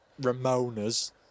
Ramonas